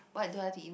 what do I did